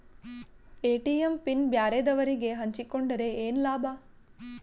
ATM PIN ಬ್ಯಾರೆದವರಗೆ ಹಂಚಿಕೊಂಡರೆ ಏನು ಲಾಭ?